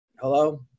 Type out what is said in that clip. Hello